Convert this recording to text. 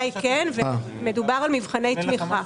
מדובר על מבחני תמיכה.